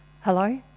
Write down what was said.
Hello